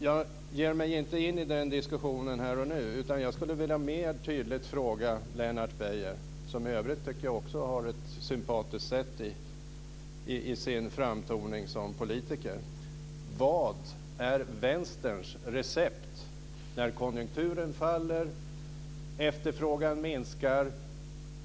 Jag ger mig inte in i den diskussionen här och nu. Jag skulle mer tydligt vilja fråga Lennart Beijer, som jag i övrigt tycker har en sympatisk framtoning som politiker, vad Vänsterns recept är när konjunkturen faller och efterfrågan minskar.